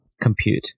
compute